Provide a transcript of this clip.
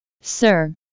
sir